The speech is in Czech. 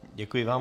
Děkuji vám.